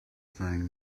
thing